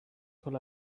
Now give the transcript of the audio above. pull